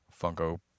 Funko